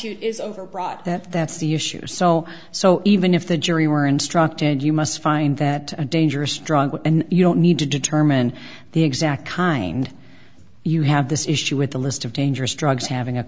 overbroad that that's the issues are so so even if the jury were instructed you must find that a dangerous drug and you don't need to determine the exact kind you have this issue with the list of dangerous drugs having a